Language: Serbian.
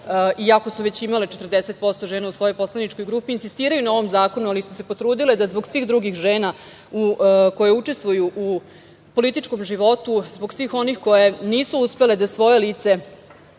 iako su već imale 40% žena u svojoj poslaničkoj grupi, insistiraju na ovom zakonu, ali su se potrudile da zbog svih drugih žena koje učestvuju u političkom životu, zbog svih onih koje nisu uspele da svoje lice